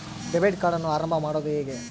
Debit ಕಾರ್ಡನ್ನು ಆರಂಭ ಮಾಡೋದು ಹೇಗೆ?